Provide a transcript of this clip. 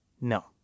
No